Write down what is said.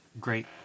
great